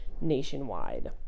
nationwide